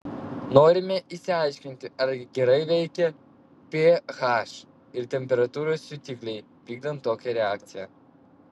norime išsiaiškinti ar gerai veikia ph ir temperatūros jutikliai vykdant tokią reakciją